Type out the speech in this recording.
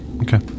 Okay